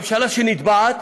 ממשלה שנתבעת